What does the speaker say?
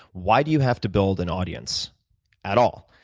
why do you have to build an audience at all?